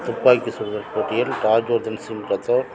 துப்பாக்கி சுடுதல் போட்டியில் ராஜ் வர்தன் சிங் ரத்தோர்